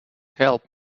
help